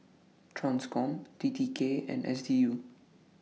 TRANSCOM T T K and S D U